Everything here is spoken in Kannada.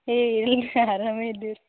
ಏ ಇಲ್ಲರಿ ಆರಾಮೇ ಇದ್ದೀವಿ ರೀ